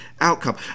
outcome